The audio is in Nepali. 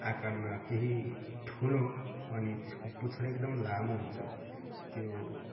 आकारमा केही ठुलो अनि त्यसको पुच्छर एकदम लामो हुन्छ त्यो